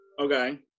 Okay